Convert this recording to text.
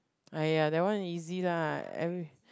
!aiya! that one easy lah every~